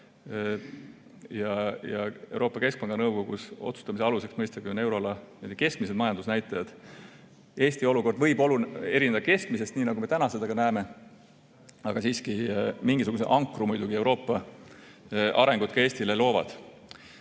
ja Euroopa Keskpanga nõukogus on otsustamise aluseks mõistagi euroala keskmised majandusnäitajad. Eesti olukord võib erineda keskmisest, nii nagu me täna seda ka näeme. Aga siiski, mingisuguse ankru muidugi Euroopa arengud ka Eestile loovad.